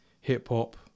hip-hop